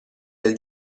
del